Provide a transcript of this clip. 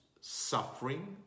suffering